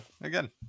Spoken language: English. again